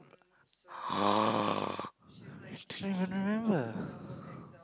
you don't even remember